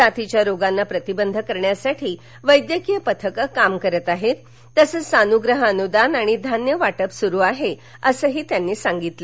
साथीच्या रोगांना प्रतिबंध करण्यासाठी वैद्यकीय पथकं काम करत आहेत तसंच सानुग्रह अनुदान आणि धान्य वाटप सुरू आहे असं त्यांनी सांगितलं